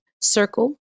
circle